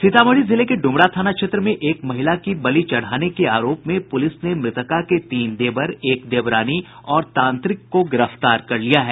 सीतामढ़ी जिले के डुमरा थाना क्षेत्र में एक महिला की बलि चढ़ाने के आरोप में पुलिस ने मृतका के तीन देवर एक देवरानी और तांत्रिक को गिरफ्तार किया है